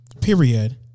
Period